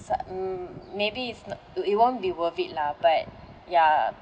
so mm maybe it's not it won't be worth it lah but ya